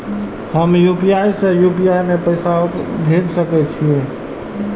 हम यू.पी.आई से यू.पी.आई में पैसा भेज सके छिये?